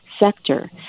sector